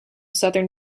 southern